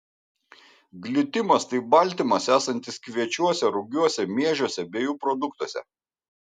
glitimas tai baltymas esantis kviečiuose rugiuose miežiuose bei jų produktuose